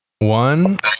one